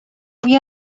بوی